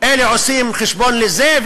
אלה עושים חשבון לזה,